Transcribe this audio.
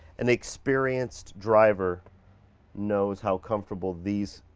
an experienced driver knows how comfortable these